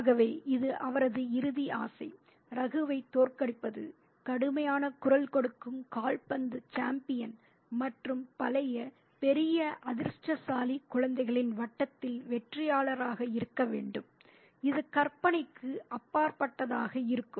ஆகவே இது அவரது இறுதி ஆசை "ரகுவைத் தோற்கடிப்பது கடுமையான குரல் கொடுக்கும் கால்பந்து சாம்பியன் மற்றும் பழைய பெரிய அதிர்ஷ்டசாலி குழந்தைகளின் வட்டத்தில் வெற்றியாளராக இருக்க வேண்டும் இது கற்பனைக்கு அப்பாற்பட்டதாக இருக்கும்